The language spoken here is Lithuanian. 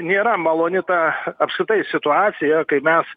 nėra maloni ta apskritai situacija kai mes